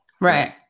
Right